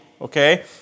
Okay